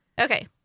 Okay